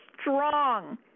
strong